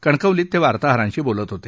कणकवलीत ते वार्ताहरांशी बोलत होते